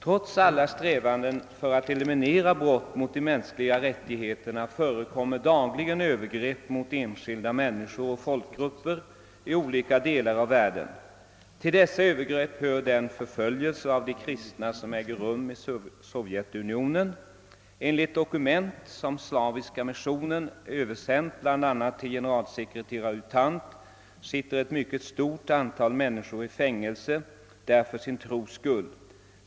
Trots alla strävanden för att eliminera brott mot de mänskliga rättigheterna förekommer dagligen övergrepp mot enskilda människor och folkgrupper i olika delar av världen. Till dessa övergrepp hör den förföljelse av de kristna som äger rum i Sovjetunionen. Enligt ett dokument, som Slaviska missionen översänt bl.a. till generalsekreterare U Thant, sitter ett mycket stort antal människor i fängelse där för sin tros skull.